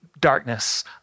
darkness